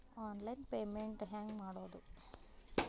Online payment ಹೆಂಗ್ ಮಾಡೋದು?